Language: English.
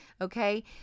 Okay